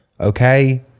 Okay